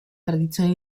tradizioni